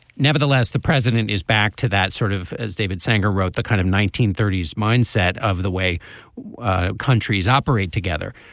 nevertheless the president is back to that sort of as david sanger wrote the kind of nineteen thirty s mindset of the way countries operate together.